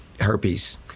herpes